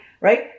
right